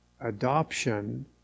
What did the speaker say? adoption